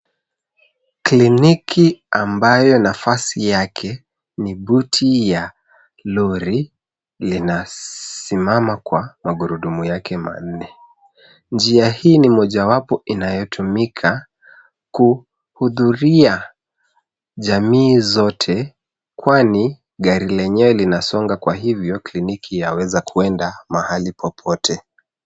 Kliniki ambayo nafasi yake ni buti ya lori, linasimama kwa magurudumu yake manne. Njia hii ni mojawapo ya inayotumika kuhudhuria jamii zote kwani gari lenyewe linasonga kwa hivyo kliniki yaweza kuenda mahali popote.